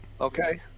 Okay